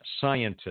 scientists